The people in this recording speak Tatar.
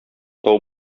тау